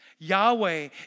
Yahweh